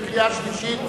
בקריאה שלישית.